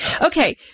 Okay